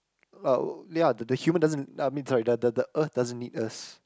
oh ya the the human doesn't uh I mean sorry the the the earth doesn't need us